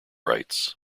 rights